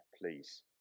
please